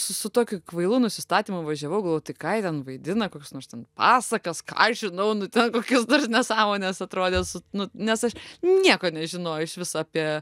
su su tokiu kvailu nusistatymu važiavau galvojau tai ką jie ten vaidina kokias nors ten pasakas ką aš žinau nu ten kokius nesąmonės atrodė su nu nes aš nieko nežinojau išvis apie